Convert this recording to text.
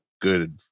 good